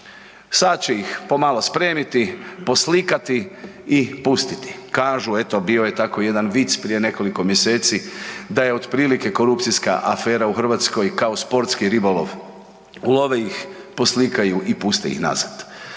sad će ih pomalo spremiti, poslikati i pustiti. Kažu eto bio je tako jedan vic prije nekoliko mjeseci da je otprilike korupcijska afera u Hrvatskoj kao sportski ribolov, ulove ih, poslikaju i puste ih nazad.